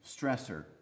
stressor